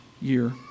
year